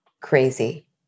crazy